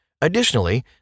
Additionally